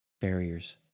barriers